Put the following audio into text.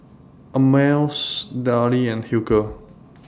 Ameltz Darlie and Hilker